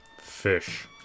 Fish